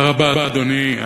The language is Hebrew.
תודה רבה, אדוני.